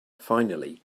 finally